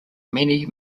many